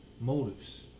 motives